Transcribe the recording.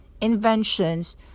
inventions